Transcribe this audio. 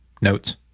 notes